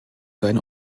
seine